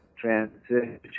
transition